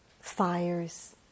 fires